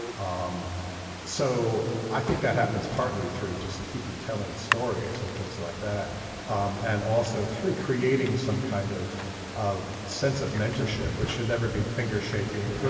um so i think that happens partly through just keeping telling stories and things like that um and also through creating some kind of of sense of mentorship, which should never be fingers shaking.